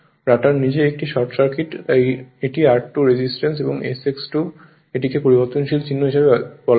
rotor নিজেই একটি short circuit তাই এটি r2 রেজিস্ট্যান্স এবং s X 2 এটিকে একটি পরিবর্তনশীল চিহ্ন হিসাবে বলা হয়